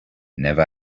never